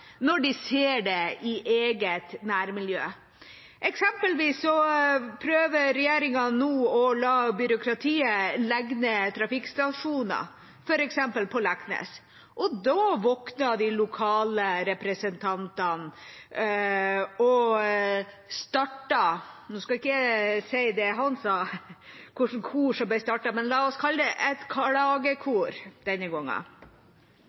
når de ser det i eget nærmiljø. Regjeringa prøver nå å la byråkratiet legge ned trafikkstasjoner, f.eks. på Leknes, og da våkner de lokale representantene og starter – la oss kalle det – et klagekor denne gangen.